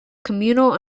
communal